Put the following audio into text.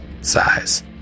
size